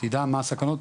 שתדע מה הסכנות,